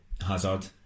Hazard